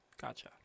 Gotcha